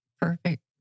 Perfect